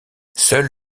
seul